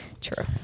True